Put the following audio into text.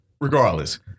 regardless